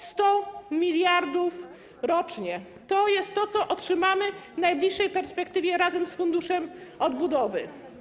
100 mld rocznie to jest to, co otrzymamy w najbliższej perspektywie razem z Funduszem Odbudowy.